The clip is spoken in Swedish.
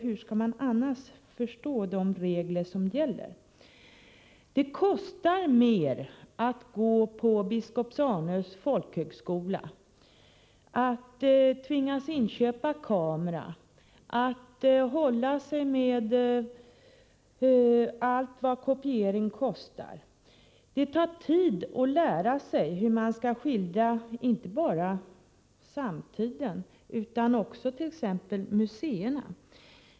Hur skall man annars tolka de regler som gäller? Det medför större kostnader att gå på Biskops-Arnö folkhögskola, att köpa en kamera och att själv hålla sig med och betala för allt som hör samman med kopiering. Det tar tid att lära sig hur man skildrar inte bara samtiden utan också t.ex. museerna.